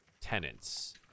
tenants